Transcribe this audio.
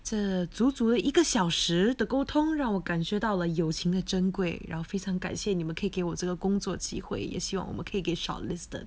这足足一个小时的沟通让我感觉到了友情的珍贵然后非常感谢你们给给我这个工作机会 is your home okay good shortlisted